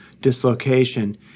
dislocation